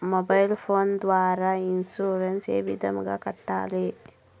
mobile phone ద్వారా insurance ఏ విధంగా కట్టాలి